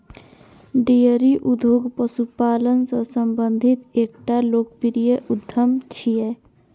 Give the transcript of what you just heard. dairy उद्योग पशुपालन सं संबंधित एकटा लोकप्रिय उद्यम छियै